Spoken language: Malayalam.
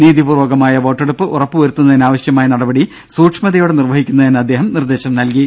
നീതിപൂർവ്വകമായ വോട്ടെടുപ്പ് ഉറപ്പു വരുത്തുന്നതിനാവശ്യമായ നടപടി സൂക്ഷ്മതയോടെ നിർവ്വഹിക്കുന്നതിന് അദ്ദേഹം നിർദ്ദേശം നൽകി